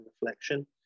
reflection